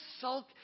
sulk